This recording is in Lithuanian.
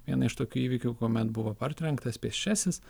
vieną iš tokių įvykių kuomet buvo partrenktas pėsčiasis